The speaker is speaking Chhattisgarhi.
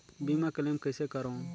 बीमा क्लेम कइसे करों?